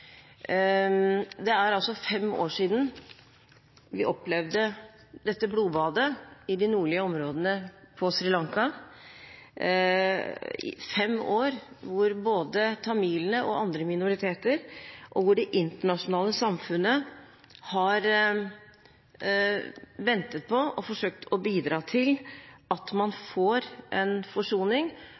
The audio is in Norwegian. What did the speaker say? Det er fem år siden vi opplevde dette blodbadet i de nordlige områdene på Sri Lanka. I fem år har både tamilene og andre minoriteter og det internasjonale samfunnet ventet på og forsøkt å bidra til en forsoning, en